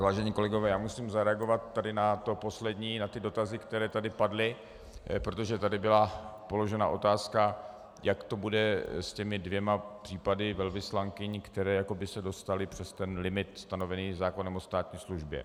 Vážení kolegové, musím zareagovat tady na to poslední, na ty dotazy, které tady padly, protože tady byla položena otázka, jak to bude s těmi dvěma případy velvyslankyň, které jako by se dostaly přes ten limit stanovený zákonem o státní službě.